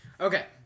Okay